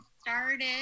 started